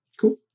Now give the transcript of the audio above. Cool